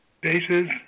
bases